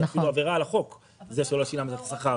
זה אפילו עבירה על החוק זה שלא שילמת את השכר.